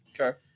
Okay